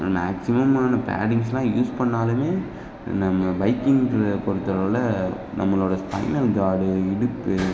மேக்ஸிமம்மான பேடிங்ஸ்லாம் யூஸ் பண்ணிணாலுமே நம்ம பைக்கிங் இதில் பொறுத்தளவில் நம்மளோடய ஸ்பைனல் காடு இடுப்பு